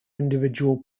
individual